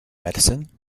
medicine